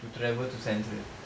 to travel to central